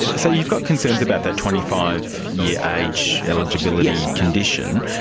ah so you've got concerns about that twenty five year age eligibility condition.